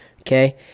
Okay